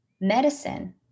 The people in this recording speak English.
medicine